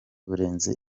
urenze